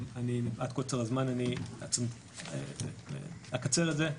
מפאת קוצר הזמן אני אקצר את זה,